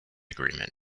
agreement